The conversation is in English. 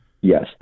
Yes